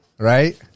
Right